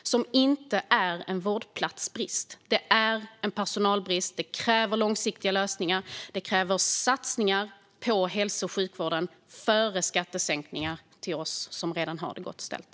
Det handlar inte om vårdplatsbrist utan om personalbrist. Detta kräver långsiktiga lösningar och satsningar på hälso och sjukvården före skattesänkningar till oss som redan har det gott ställt.